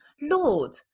Lord